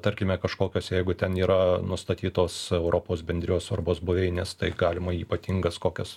tarkime kažkokios jeigu ten yra nustatytos europos bendrijos svarbos buveinės tai galima ypatingas kokias